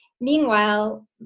Meanwhile